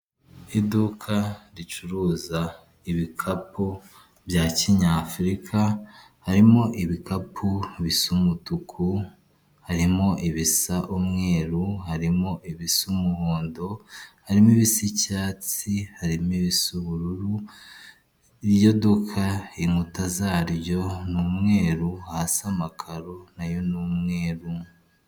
Iduka ricuruza ibikapu bya kinyafurika harimo ibikapu bisa umutuku harimo ibisa umweru harimo ibisa umuhondo arimo ibisi icyatsi harimo ibisa ubururu, iryo duka inkuta zaryo n'umweru hasi amakaro na yo ni umweru.